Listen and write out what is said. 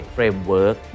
Framework